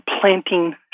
planting